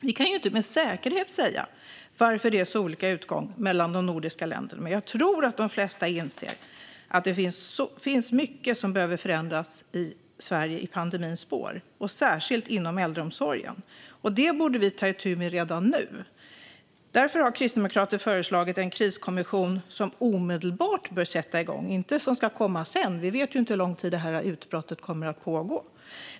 Vi kan inte med säkerhet säga varför det är så olika utgång i de nordiska länderna. Men jag tror att de flesta inser att det finns mycket som behöver förändras i Sverige i pandemins spår, och särskilt inom äldreomsorgen, och det borde vi ta itu med redan nu. Därför har Kristdemokraterna föreslagit en kriskommission som bör sätta igång omedelbart, inte som ska komma sedan. Vi vet ju inte hur lång tid det här utbrottet kommer att pågå.